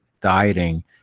dieting